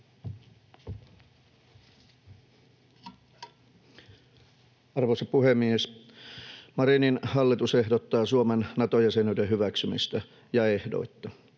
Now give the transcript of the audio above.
Arvoisa puhemies! Marinin hallitus ehdottaa Suomen Nato-jäsenyyden hyväksymistä — ja ehdoitta.